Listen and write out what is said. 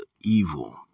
evil